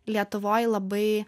lietuvoj labai